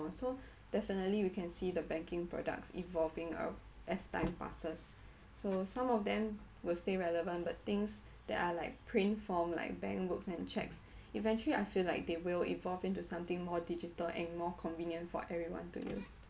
so definitely we can see the banking products evolving uh as time passes so some of them will stay relevant but things that are like print form like bank books and cheques eventually I feel like they will evolve into something more digital and more convenient for everyone to use